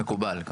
זה מקובל.